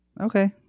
Okay